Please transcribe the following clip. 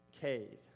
cave